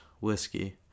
whiskey